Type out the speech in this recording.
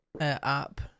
app